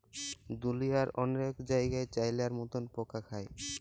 দুঁলিয়ার অলেক জায়গাই চাইলার মতল পকা খায়